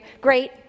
great